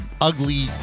ugly